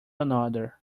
another